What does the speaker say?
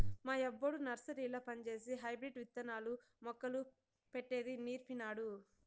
మా యబ్బొడు నర్సరీల పంజేసి హైబ్రిడ్ విత్తనాలు, మొక్కలు పెట్టేది నీర్పినాడు